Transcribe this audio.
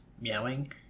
meowing